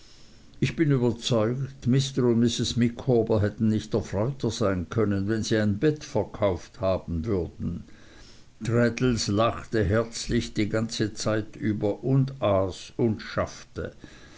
ich bin überzeugt mr und mrs micawber hätten nicht erfreuter sein können wenn sie ein bett verkauft haben würden traddles lachte herzlich die ganze zeit über und aß und schaffte